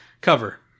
cover